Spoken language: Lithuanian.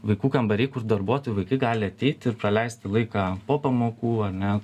vaikų kambariai kur darbuotojų vaikai gali ateiti ir praleisti laiką po pamokų ar ne